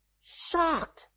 shocked